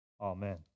Amen